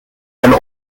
and